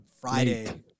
friday